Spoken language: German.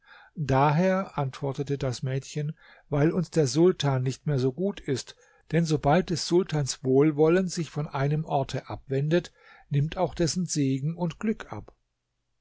daher antwortete das mädchen weil uns der sultan nicht mehr so gut ist denn sobald des sultans wohlwollen sich von einem orte abwendet nimmt auch dessen segen und glück ab